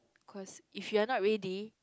cause if you are not ready